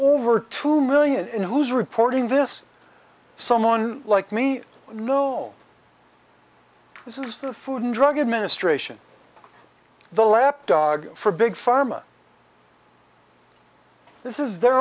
over two million in who's reporting this someone like me know this is the food and drug administration the lapdog for big pharma this is their